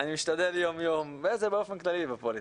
אני משתדל יום יום, בעצם באופן כללי בפוליטיקה,